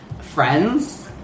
friends